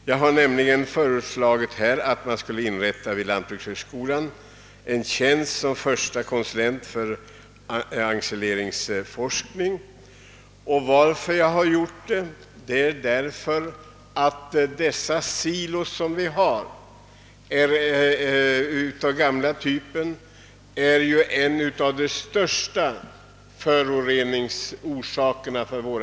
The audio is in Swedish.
Jag har i motionen föreslagit inrättandet av en tjänst som förste konsulent för ensileringsforskning vid lantbrukshögskolan. Anledningen = till mitt förslag är att våra silos av äldre typ är en av de största orsakerna till föroreningarna av våra vattendrag.